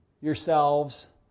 yourselves